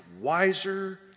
wiser